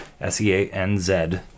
S-E-A-N-Z